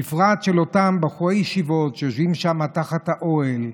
בפרט של אותם בחורי ישיבות שיושבים שם תחת האוהל,